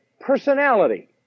personality